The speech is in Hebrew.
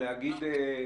להבנתנו,